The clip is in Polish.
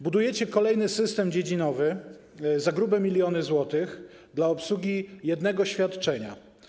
Budujecie kolejny system dziedzinowy za grube miliony złotych dla obsługi jednego świadczenia.